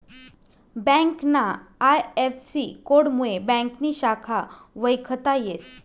ब्यांकना आय.एफ.सी.कोडमुये ब्यांकनी शाखा वयखता येस